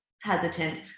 hesitant